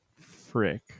Frick